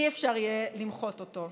אי-אפשר יהיה למחות אותו.